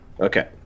Okay